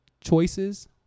Choices